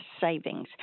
savings